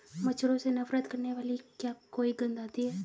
मच्छरों से नफरत करने वाली क्या कोई गंध आती है?